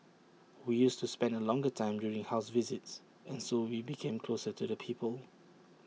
we used to spend A longer time during house visits and so we became closer to the people